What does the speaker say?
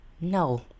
No